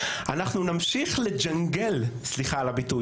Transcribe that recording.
אנחנו נמשיך ל"ג'נגל" סליחה על הביטוי,